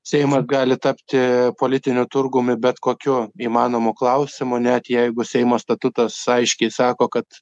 seimas gali tapti politiniu turgumi bet kokiu įmanomu klausimu net jeigu seimo statutas aiškiai sako kad